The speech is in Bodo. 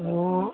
अ